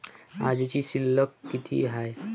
आजची शिल्लक किती हाय?